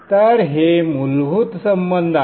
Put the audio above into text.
तर हे मूलभूत संबंध आहेत